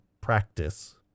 practice